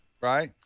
Right